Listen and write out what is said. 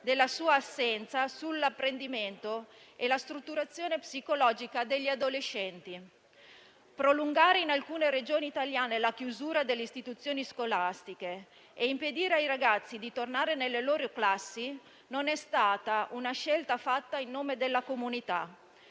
della sua assenza sull'apprendimento e la strutturazione psicologica degli adolescenti. Prolungare in alcune Regioni italiane la chiusura delle istituzioni scolastiche e impedire ai ragazzi di tornare nelle loro classi non è stata una scelta fatta in nome della comunità.